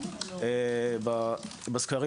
בסקרים.